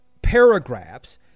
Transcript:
Paragraphs